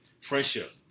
Friendship